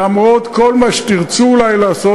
למרות כל מה שתרצו אולי לעשות,